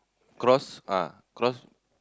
cross ah cross